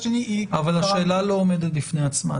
שני היא --- אבל השאלה לא עומדת בפני עצמה.